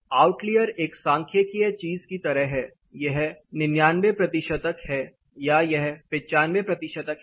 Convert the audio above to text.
outlier एक सांख्यिकीय चीज की तरह है यह 99 प्रतिशतक है या यह 95 प्रतिशतक है